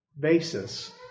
Basis